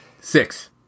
Six